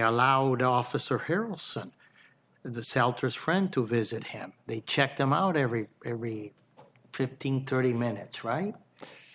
allowed officer harrelson the souter's friend to visit him they check them out every every fifteen thirty minutes right